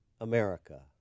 America